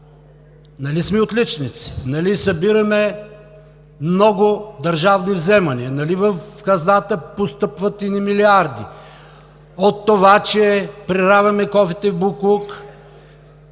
Нали сме отличници? Нали събираме много държавни вземания? Нали в хазната постъпват едни милиарди от това, че преравяме кофите боклук